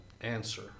answer